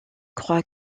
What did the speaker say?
croit